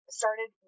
started